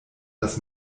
dass